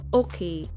okay